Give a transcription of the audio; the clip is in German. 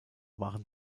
waren